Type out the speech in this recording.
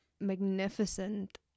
magnificent